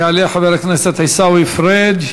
יעלה חבר הכנסת עיסאווי פריג',